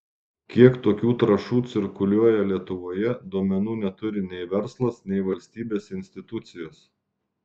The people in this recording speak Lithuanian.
kiek tokių trąšų cirkuliuoja lietuvoje duomenų neturi nei verslas nei valstybės institucijos